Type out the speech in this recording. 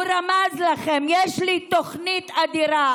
הוא רמז לכם: יש לי תוכנית אדירה.